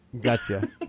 gotcha